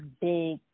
big –